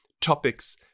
topics